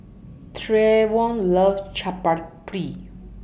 Trayvon loves Chaat Papri